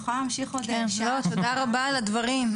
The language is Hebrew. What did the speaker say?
תודה רבה על הדברים.